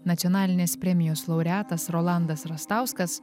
nacionalinės premijos laureatas rolandas rastauskas